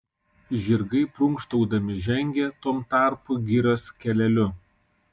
žirgai prunkštaudami žengė tuom tarpu girios keleliu